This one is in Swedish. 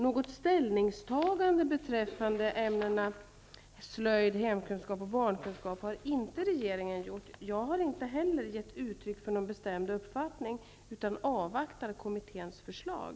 Något ställningstagande beträffande ämnena slöjd, hemkunskap och barnkunskap har inte regeringen gjort. Jag har inte heller givit uttryck för någon bestämd uppfattning utan avvaktar kommitténs förslag.